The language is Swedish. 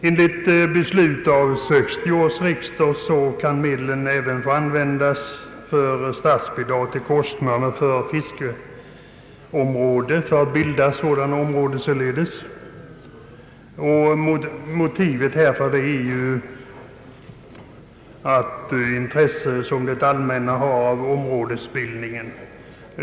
Enligt beslut av 1960 års riksdag kan medlen även användas för statsbidrag till kostnader för att bilda fiskevårdsområden. Motivet härför är att det allmänna har intresse av sådan områdesbildning.